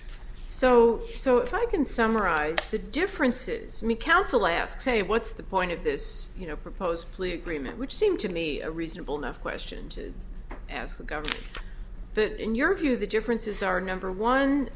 so so if i can summarize the differences me counsel asks a what's the point of this you know proposed plea agreement which seem to me a reasonable enough question to ask the government that in your view the differences are number one